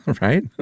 Right